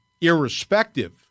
irrespective